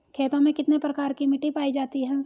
खेतों में कितने प्रकार की मिटी पायी जाती हैं?